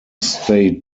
stayed